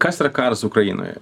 kas yra karas ukrainoje